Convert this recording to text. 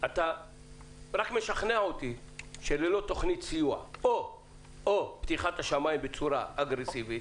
אתה רק משכנע אותי שללא תוכנית סיוע או פתיחת השמיים בצורה אגרסיבית